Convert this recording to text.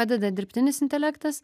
padeda dirbtinis intelektas